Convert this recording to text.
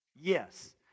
yes